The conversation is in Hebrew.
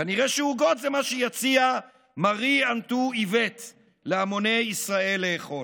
כנראה שעוגות זה מה שיציע מארי אנטו-איווט להמוני ישראל לאכול.